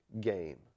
game